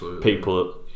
people